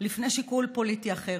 לפני שיקול פוליטי אחר.